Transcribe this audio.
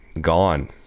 gone